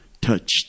touched